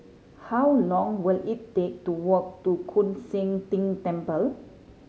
how long will it take to walk to Koon Seng Ting Temple